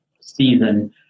season